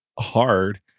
hard